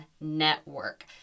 network